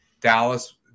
Dallas